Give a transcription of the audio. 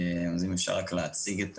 אז אם אפשר להציג את